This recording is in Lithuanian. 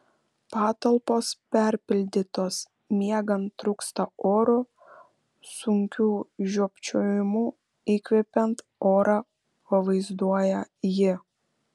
patalpos perpildytos miegant trūksta oro sunkiu žiopčiojimu įkvepiant orą pavaizduoja ji